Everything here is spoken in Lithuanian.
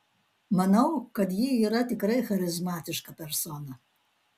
manau kad ji yra tikrai charizmatiška persona